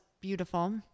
beautiful